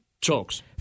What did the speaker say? Chokes